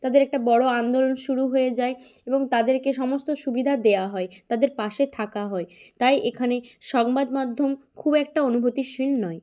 তাদের একটা বড় আন্দোলন শুরু হয়ে যায় এবং তাদেরকে সমস্ত সুবিধা দেওয়া হয় তাদের পাশে থাকা হয় তাই এখানে সংবাদমাধ্যম খুব একটা অনুভূতিশীল নয়